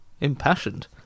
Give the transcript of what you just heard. Impassioned